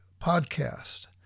podcast